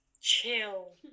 chill